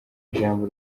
ijambo